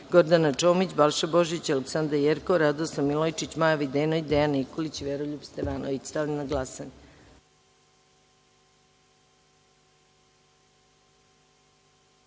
Gordana Čomić, Balša Božović, Aleksandra Jerkov, Radoslav Milojičić, Maja Videnović, Dejan Nikolić i Veroljub Stevanović. Stavljam na glasanje